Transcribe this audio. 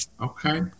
Okay